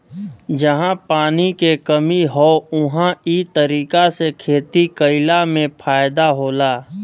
जहां पानी के कमी हौ उहां इ तरीका से खेती कइला में फायदा होला